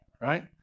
right